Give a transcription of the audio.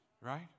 right